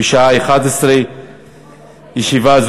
בשעה 11:00. ישיבה